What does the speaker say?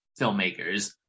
filmmakers